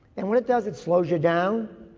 and what it does, it slows you down.